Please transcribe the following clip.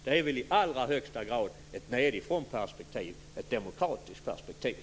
Det är väl i allra högsta grad ett nedifrånperspektiv, ett demokratiskt perspektiv.